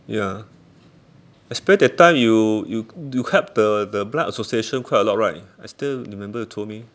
ya expect that time you you help the blind association quite a lot right I still remember you told me